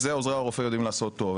את זה עוזרי הרופא יודעים לעשות טוב.